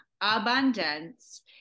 abundance